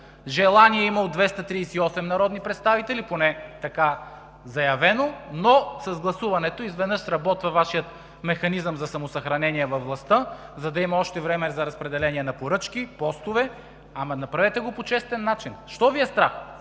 желание у 238 народни представители, поне заявено, но при гласуването изведнъж сработва Вашият механизъм за самосъхранение във властта, за да има още време за разпределение на поръчки, постове. Ама направете го по честен начин! Защо Ви е страх?